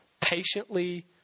patiently